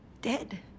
dead